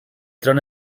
tron